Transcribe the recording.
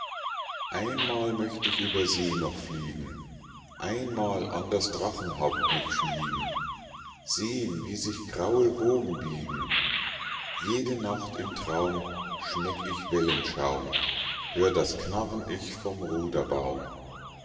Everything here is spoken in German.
einmal möcht ich über see noch fliegen einmal an das drachenhaupt mich schmiegen sehen wie sich graue wogen biegen jede nacht im traum schmeck ich wellenschaum hör das knarren ich vom